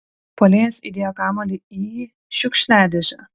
puolėjas įdėjo kamuolį į šiukšliadėžę